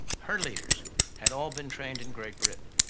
her leaders had all been trained in great britain.